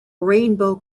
rainbow